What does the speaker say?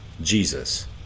Jesus